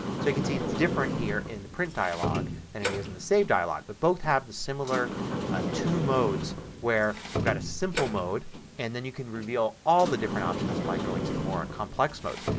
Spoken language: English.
so you can see it's different here in the print dialogue than it is in the save dialogue. but both have the similar ah two modes where you've got a simple mode and then you can reveal all the different options by going to the more complex mode.